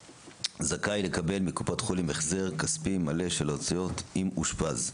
זכאי לקבל מקופת חולים החזר כספי מלא של ההוצאות אם אושפז.